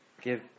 give